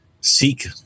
seek